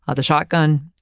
ah the shotgun,